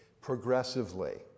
progressively